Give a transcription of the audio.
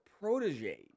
Protege